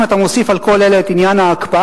אם אתה מוסיף על כל אלה את עניין ההקפאה,